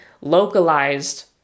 localized